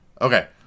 Okay